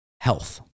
health